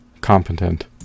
competent